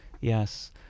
Yes